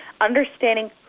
understanding